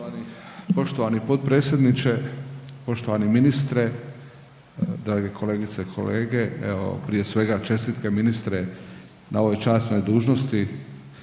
Poštovani potpredsjedniče, poštovani ministre, dragi kolegice i kolege. Evo prije svega čestitke ministre na ovoj časnoj dužnosti